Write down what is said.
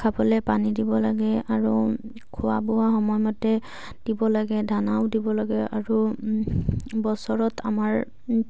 খাবলে পানী দিব লাগে আৰু খোৱা বোৱা সময়মতে দিব লাগে দানাও দিব লাগে আৰু বছৰত আমাৰ